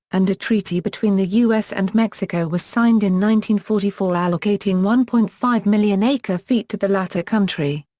and a treaty between the u s. and mexico was signed in one forty four allocating one point five million acre feet to the latter country.